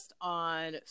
on